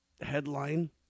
headline